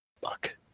Fuck